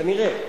כנראה.